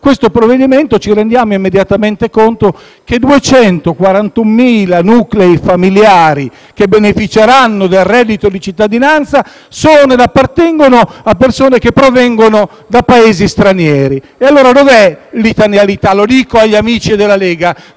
in oggetto, ci rendiamo immediatamente conto che 241.000 nuclei familiari che beneficeranno del reddito di cittadinanza sono composti da persone che provengono da Paesi stranieri. Dove è allora l'italianità? Lo dico agli amici della Lega: